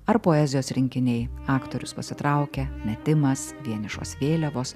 ar poezijos rinkiniai aktorius pasitraukia metimas vienišos vėliavos